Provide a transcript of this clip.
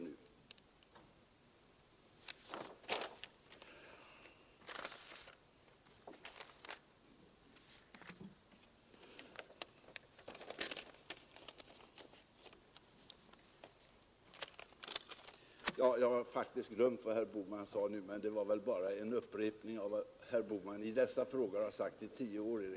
Tyvärr har jag här faktiskt glömt vad herr Bohman anförde, men det var väl bara en upprepning av vad han sagt i dessa frågor i riksdagen under tio år.